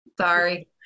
Sorry